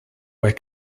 where